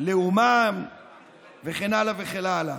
לאומן וכן הלאה וכן הלאה.